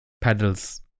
Pedals